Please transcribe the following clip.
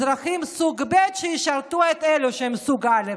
ואזרחים סוג ב' שישרתו את אלו שהם סוג א'.